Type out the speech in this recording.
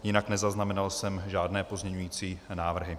Jinak nezaznamenal jsem žádné pozměňující návrhy.